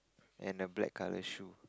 and a black colour shoe